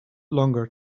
longer